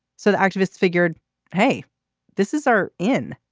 so the activists figured hey this is our in